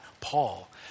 Paul